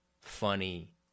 funny